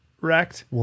wrecked